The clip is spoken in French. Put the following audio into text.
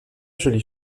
jolie